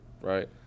Right